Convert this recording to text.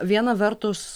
viena vertus